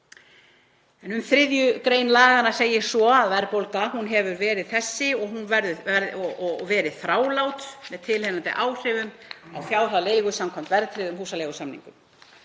Um 3. gr. laganna segir svo: Verðbólga hefur verið þessi og verið þrálát með tilheyrandi áhrifum á fjárhæð leigu samkvæmt verðtryggðum húsaleigusamningum.